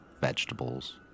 vegetables